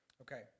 Okay